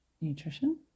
nutrition